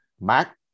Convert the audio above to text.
Mac